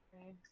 Okay